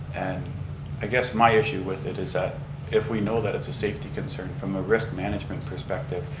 and i guess my issue with it is that if we know that it's a safety concern from a risk management perspective,